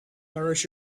nourish